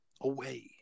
away